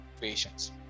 patients